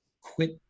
quit